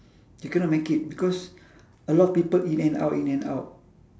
you cannot make it because a lot of people in and out in and out